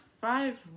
five